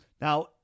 Now